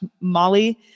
Molly